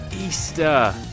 Easter